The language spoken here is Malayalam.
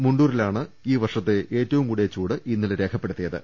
മുണ്ടൂരിലാണ് ഈ വർഷത്തെ ഏറ്റവും കൂടിയ ചൂട്ട് രേഖപ്പെടുത്തി യത്